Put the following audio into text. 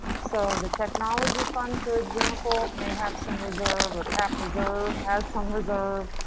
so the technology fund for example may have some reserve or cap reserve has some reserve,